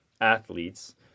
athletes